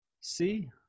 See